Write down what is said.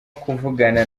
kuvugana